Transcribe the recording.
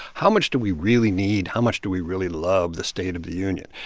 how much do we really need? how much do we really love the state of the union?